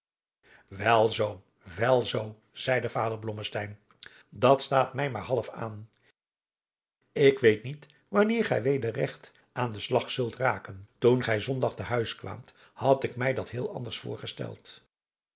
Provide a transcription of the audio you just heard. wel zoo wel zoo zeide vader blommesteyn dat staat mij maar half aan ik weet niet wanneer gij weder regt aan den slag zult raken toen gij zondag te huis kwaamt had ik mij dat heel anders voorgesteld